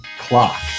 clock